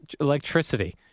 electricity